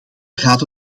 gaat